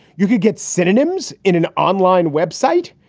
you can get synonyms in an online web site.